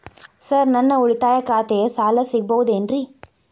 Sir ನನ್ನ ಉಳಿತಾಯ ಖಾತೆಯ ಸಾಲ ಸಿಗಬಹುದೇನ್ರಿ?